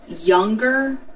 younger